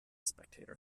spectator